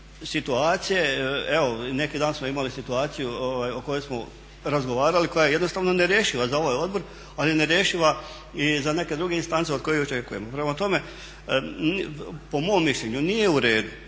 situacije. Evo, neki dan smo imali situaciju o kojoj smo razgovarali koja je jednostavno nerješiva za ovaj odbor, ali je nerješiva i za neke druge instance od kojih očekujemo. Prema tome, po mom mišljenju nije u redu